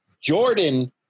Jordan